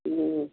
ह्म्म